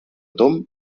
tom